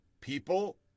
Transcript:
People